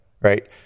right